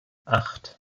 acht